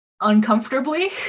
Uncomfortably